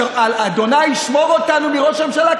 ה' ישמור אותנו מראש הממשלה,